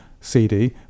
CD